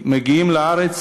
מגיעים לארץ